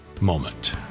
moment